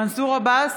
מנסור עבאס,